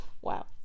Wow